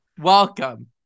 Welcome